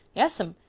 yas'm.